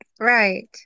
Right